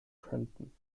könnten